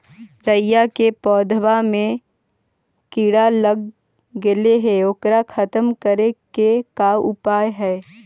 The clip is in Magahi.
राई के पौधा में किड़ा लग गेले हे ओकर खत्म करे के का उपाय है?